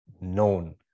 known